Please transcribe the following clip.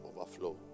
overflow